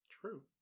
True